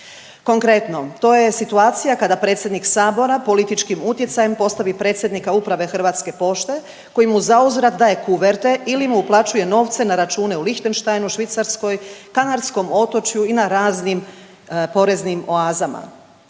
Konkretno to je situacija kada predsjednik Sabora političkim utjecajem postavi predsjednika uprave Hrvatske pošte koji mu zauzvrat daje kuverte ili mu uplaćuje novce na račune u Lihtenštajnu, Švicarskoj, Kanarskom otočju i na raznim poreznim oazama.